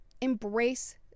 embrace